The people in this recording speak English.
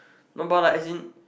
no but like as in